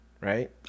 right